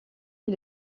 est